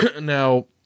Now